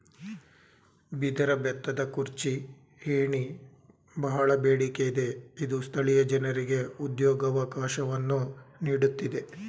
ಬಿದಿರ ಬೆತ್ತದ ಕುರ್ಚಿ, ಏಣಿ, ಬಹಳ ಬೇಡಿಕೆ ಇದೆ ಇದು ಸ್ಥಳೀಯ ಜನರಿಗೆ ಉದ್ಯೋಗವಕಾಶವನ್ನು ನೀಡುತ್ತಿದೆ